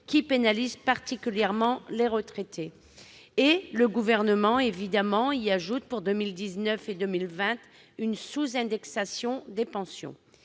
qui pénalise particulièrement les retraités, et le Gouvernement y ajoute pour 2019 et 2020 une sous-indexation des pensions.